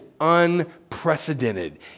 unprecedented